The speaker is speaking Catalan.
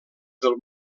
del